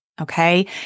Okay